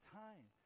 time